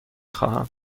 خواهم